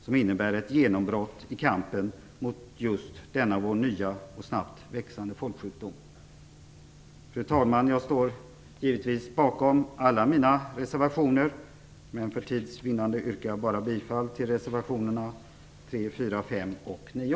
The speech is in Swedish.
Det innebär ett genombrott i kampen mot just denna nya och snabbt växande folksjukdom. Fru talman! Jag står givetvis bakom alla mina reservationer, men för tids vinnande yrkar jag bara bifall till reservationerna 3, 4, 5 och 9.